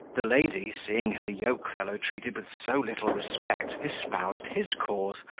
the lady, seeing her yoke-fellow treated with so little respect, espoused his cause,